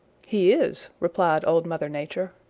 he is, replied old mother nature.